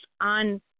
on